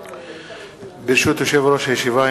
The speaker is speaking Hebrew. ברשות יושב-ראש הישיבה,